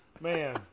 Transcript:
Man